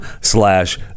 slash